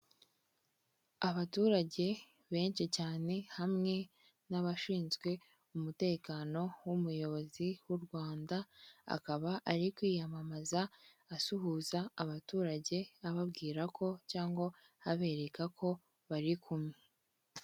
Abaturage benshi cyane hamwe n'abashinzwe umutekano w'umuyobozi w'u Rwanda, akaba ari kwiyamamaza, asuhuza abaturage, ababwira ko cyangwa abereka ko barikumwe.